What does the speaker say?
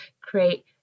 create